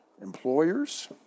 employers